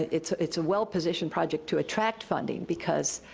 it's it's a well-positioned project to attract funding, because